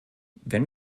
wenn